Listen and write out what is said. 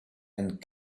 and